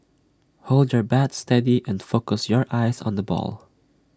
hold your bat steady and focus your eyes on the ball